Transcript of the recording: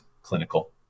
clinical